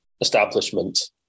establishment